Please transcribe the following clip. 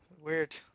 weird